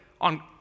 on